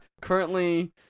currently